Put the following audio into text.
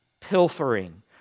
pilfering